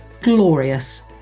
glorious